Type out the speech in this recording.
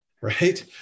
right